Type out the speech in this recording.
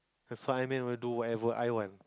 that's what I meant I do whatever I want